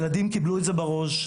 ילדים קיבלו את זה בראש,